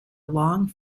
long